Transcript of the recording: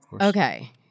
Okay